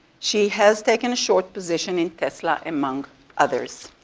she has taken a short position in tesla among others.